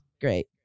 great